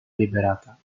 liberata